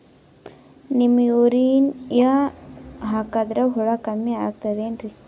Neem urea ಹಾಕದ್ರ ಹುಳ ಕಮ್ಮಿ ಆಗತಾವೇನರಿ?